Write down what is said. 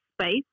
space